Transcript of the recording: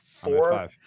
four